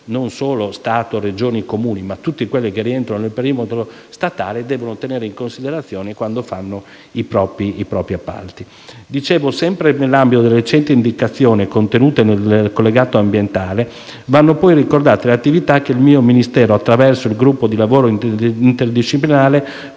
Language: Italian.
(non solo Stato, Regioni e Comuni, ma tutte quelle che rientrano nel perimetro statale) devono tenere in considerazione quando fanno i propri appalti. Sempre nell'ambito delle recenti indicazioni contenute nel collegato ambientale, vanno pure ricordate le attività che il mio Ministero, attraverso il gruppo di lavoro interdisciplinare,